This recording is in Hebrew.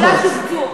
כולם שובצו.